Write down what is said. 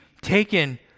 taken